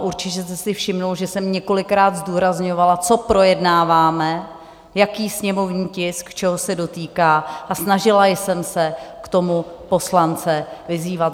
Určitě jste si všiml, že jsem několikrát zdůrazňovala, co projednáváme, jaký sněmovní tisk, čeho se dotýká, a snažila jsem se k tomu poslance vyzývat.